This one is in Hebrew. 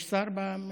יש שר במליאה?